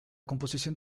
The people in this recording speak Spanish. composición